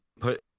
put